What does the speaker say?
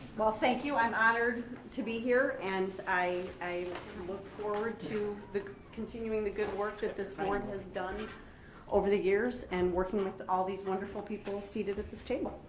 well, thank you. i'm honored to be here and i i look forward to continuing the good work that this board has done over the years and working with all these wonderful people seated at this table.